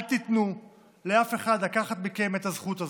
אל תיתנו לאף אחד לקחת מכם את הזכות הזו.